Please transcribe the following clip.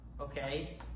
okay